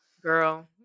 Girl